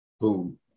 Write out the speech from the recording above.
Boom